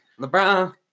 LeBron